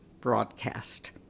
broadcast